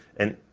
and,